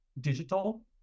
digital